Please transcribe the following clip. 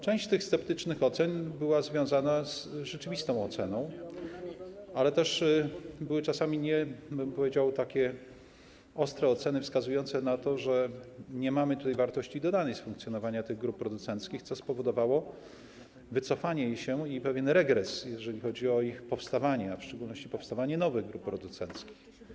Część tych sceptycznych ocen była związana z rzeczywistą oceną, ale też były czasami, powiedziałbym, takie ostre oceny wskazujące na to, że nie mamy tutaj wartości dodanej z funkcjonowania tych grup producenckich, co spowodowało wycofanie się ich i pewien regres, jeżeli chodzi o ich powstawanie, w szczególności powstawanie nowych grup producenckich.